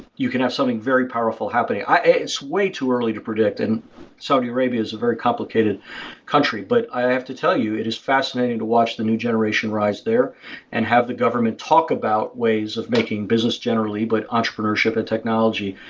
you can have something very powerful happening. it's way too early to predict, and saudi arabia is very complicated country. but i have to tell you, it is fascinating to watch the new generation rise there and have the government talk about ways of making business generally, but entrepreneurship and technology,